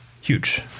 huge